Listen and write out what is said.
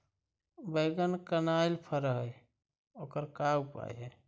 बैगन कनाइल फर है ओकर का उपाय है?